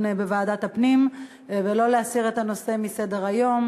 בוועדת הפנים ולא להסיר את הנושא מסדר-היום.